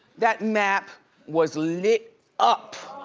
that map was lit up,